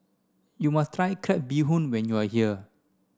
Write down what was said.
you must try crab bee hoon when you are here